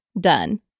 done